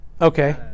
Okay